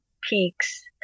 peaks